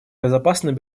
безопасным